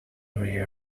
area